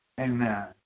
Amen